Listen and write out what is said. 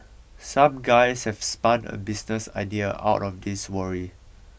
some guys have spun a business idea out of this worry